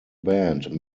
band